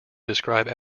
describe